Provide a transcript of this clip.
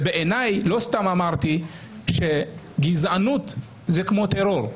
ולא סתם אמרתי שגזענות זה כמו טרור.